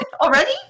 already